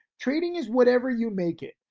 trading is whatever you make it,